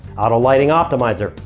auto lighting optimizer.